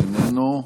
איננו,